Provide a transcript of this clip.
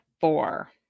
Four